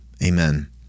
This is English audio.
Amen